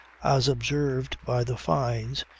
as observed by the fynes,